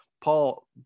Paul